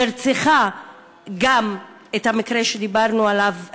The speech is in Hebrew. נרצחה גם במקרה שדיברנו עליו עכשיו,